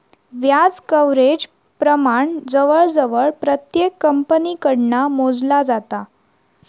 व्याज कव्हरेज प्रमाण जवळजवळ प्रत्येक कंपनीकडना मोजला जाता